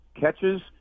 catches